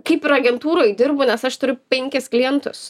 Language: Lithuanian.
kaip ir agentūroj dirbu nes aš turiu penkis klientus